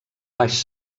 baix